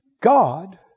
God